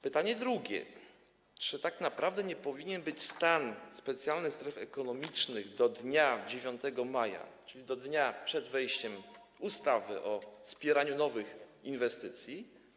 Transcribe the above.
Pytanie drugie: Czy tak naprawdę nie powinien być to stan specjalnych stref ekonomicznych do dnia 9 maja, czyli do dnia sprzed wejścia w życie ustawy o wspieraniu nowych inwestycji?